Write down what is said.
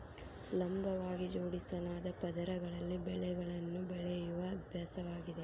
ಲಂಬವಾಗಿ ಜೋಡಿಸಲಾದ ಪದರಗಳಲ್ಲಿ ಬೆಳೆಗಳನ್ನು ಬೆಳೆಯುವ ಅಭ್ಯಾಸವಾಗಿದೆ